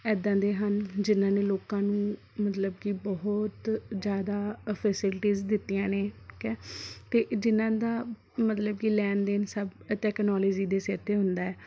ਇੱਦਾਂ ਦੇ ਹਨ ਜਿਨ੍ਹਾਂ ਲੋਕਾਂ ਨੂੰ ਮਤਲਬ ਕਿ ਬਹੁਤ ਜ਼ਿਆਦਾ ਫੈਸੀਲਿਟੀਜ਼ ਦਿੱਤੀਆਂ ਨੇ ਠੀਕ ਹੈ ਅਤੇ ਜਿਨਾਂ ਦਾ ਮਤਲਬ ਕਿ ਲੈਣ ਦੇਣ ਸਭ ਟੈਕਨੋਲਜੀ ਦੇ ਸਿਰ 'ਤੇ ਹੁੰਦਾ